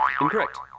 Incorrect